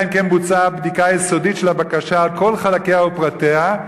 אלא אם כן בוצעה בדיקה יסודית של הבקשה על כל חלקיה ופרטיה,